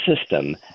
system